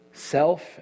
self